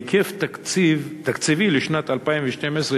היקף תקציבי לשנת 2012,